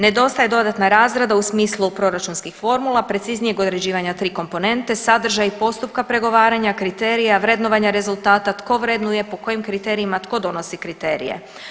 Nedostaje dodatna razrada u smislu proračunskih formula, preciznijeg određivanja tri komponente, sadržaji postupka pregovaranja, kriterija, vrednovanja rezultata, tko vrednuje, po kojim kriterijima, tko donosi kriterije.